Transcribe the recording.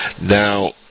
Now